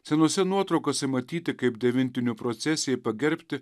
senose nuotraukose matyti kaip devintinių procesijai pagerbti